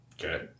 okay